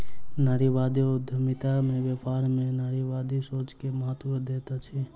नारीवादी उद्यमिता में व्यापार में नारीवादी सोच के महत्त्व दैत अछि